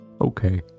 Okay